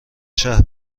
شهر